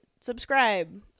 subscribe